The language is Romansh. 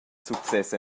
success